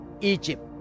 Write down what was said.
Egypt